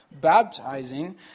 baptizing